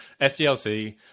SDLC